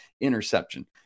interception